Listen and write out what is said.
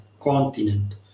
continent